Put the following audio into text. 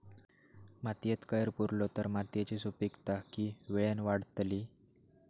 मातयेत कैर पुरलो तर मातयेची सुपीकता की वेळेन वाडतली?